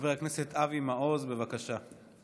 חבר הכנסת אבי מעוז, בבקשה.